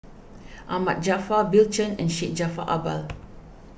Ahmad Jaafar Bill Chen and Syed Jaafar Albar